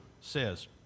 says